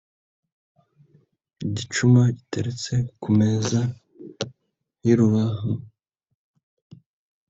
Igicuma giteretse ku meza y'urubahu.